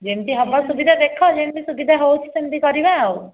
ଯେମିତି ହେବ ସୁବିଧା ଦେଖ ଯେମିତି ସୁବିଧା ହେଉଛି ସେମିତି କରିବା ଆଉ